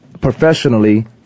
professionally